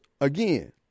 again